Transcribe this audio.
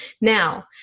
Now